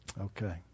Okay